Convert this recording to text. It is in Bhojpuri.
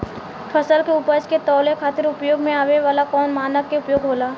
फसल के उपज के तौले खातिर उपयोग में आवे वाला कौन मानक के उपयोग होला?